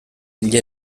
gli